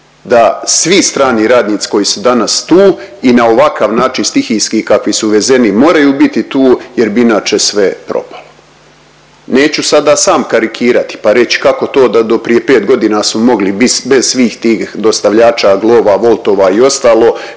da svi strani radnici koji su danas tu i na ovakav način stihijski kakvi su uvezeni moraju biti tu jer bi inače sve propalo. Neću sada sam karikirati pa reći kako to da do prije 5 godina smo mogli bit bez svih tih dostavljača Glova, Woltova i ostalog